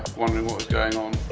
wondering what was going on.